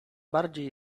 bardziej